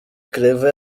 claver